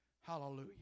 Hallelujah